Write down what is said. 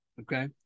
Okay